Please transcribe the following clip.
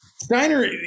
Steiner